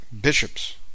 bishops